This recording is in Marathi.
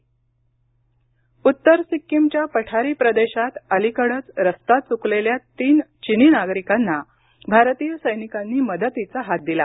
भारतीय सेना मदत उत्तर सिक्कीमच्या पठारी प्रदेशात अलीकडेच रस्ता चुकलेल्या तीन चिनी नागरिकांना भारतीय सैनिकांनी मदतीचा हात दिला